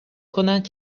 کنند